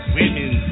Women